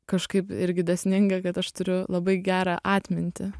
kažkaip irgi dėsninga kad aš turiu labai gerą atmintį